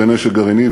בנשק גרעיני,